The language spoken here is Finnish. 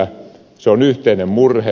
se on yhteinen murhe